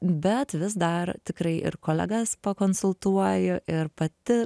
bet vis dar tikrai ir kolegas pakonsultuoju ir pati